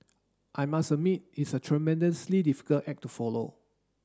I must admit it's a tremendously difficult act to follow